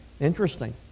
Interesting